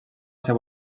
ser